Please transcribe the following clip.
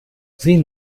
sieh